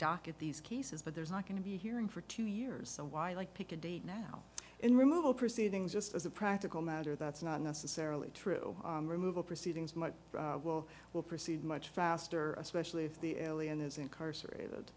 docket these cases but there's not going to be a hearing for two years so why like pick a date now in removal proceedings just as a practical matter that's not necessarily true removal proceedings much will proceed much faster especially if the alien is incarcerated